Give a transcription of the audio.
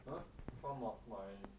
!huh! some of my